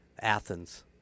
Athens